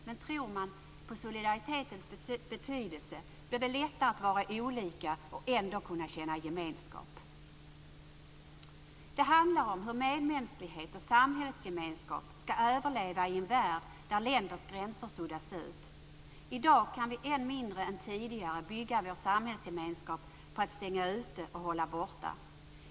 Men tror man på solidaritetens betydelse blir det lättare att vara olika och ändå kunna känna gemenskap. Det handlar om hur medmänsklighet och samhällsgemenskap skall överleva i en värld där länders gränser suddas ut. I dag kan vi än mindre än tidigare bygga vår samhällsgemenskap på att stänga ute och hålla borta.